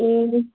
ए